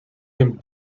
him